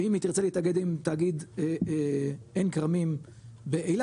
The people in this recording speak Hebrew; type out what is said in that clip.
ואם היא תרצה להתאגד עם תאגיד עין כרמים באילת,